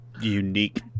unique